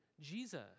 Jesus